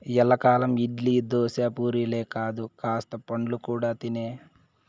ఎల్లకాలం ఇడ్లీ, దోశ, పూరీలే కాదు కాస్త పండ్లు కూడా తినే